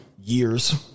Years